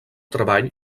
treball